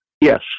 Yes